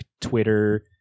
Twitter